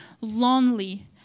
lonely